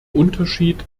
unterschied